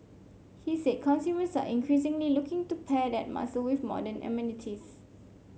he said consumers are increasingly looking to pair that muscle with modern amenities